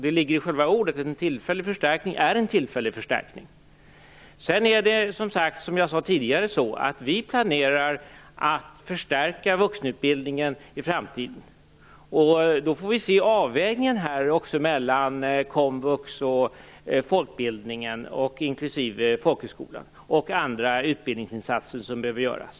Det ligger ju i själva ordet att en tillfällig förstärkning är en tillfällig förstärkning. Sedan är det så, som jag sade tidigare, att vi planerar att förstärka vuxenutbildningen i framtiden. Då får vi också se på avvägningen mellan komvux, folkbildningen - inklusive folkhögskolorna - och andra utbildningsinsatser som behöver göras.